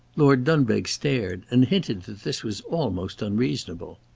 lord dunbeg stared, and hinted that this was almost unreasonable.